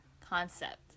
concept